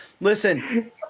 listen